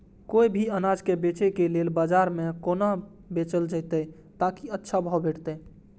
कोय भी अनाज के बेचै के लेल बाजार में कोना बेचल जाएत ताकि अच्छा भाव भेटत?